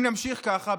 אם נמשיך כך,